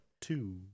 Two